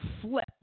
flip